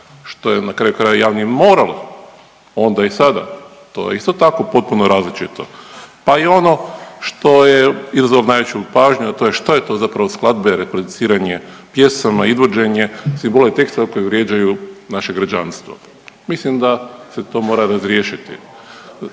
Što je na kraju krajeva i javni moral onda i sada to je isto tako potpuno različito, pa i ono što je izazvalo najveću pažnju, a to je što je to zapravo skladbe i repliciranje pjesama, izvođenje simbola i tekstova koji vrijeđaju naše građanstvo. Mislim da se to mora razriješiti.